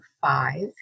five